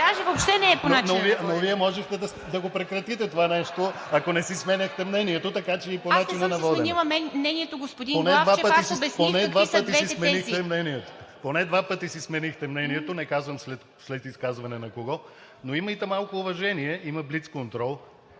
не съм си сменила мнението, господин Главчев, аз обясних какви са двете тези. ДИМИТЪР ГЛАВЧЕВ: Поне два пъти си сменихте мнението, не казвам след изказване на кого, но имайте малко уважение – има блицконтрол,